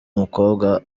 umukobwa